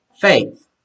faith